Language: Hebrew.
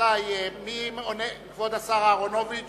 כבוד השר אהרונוביץ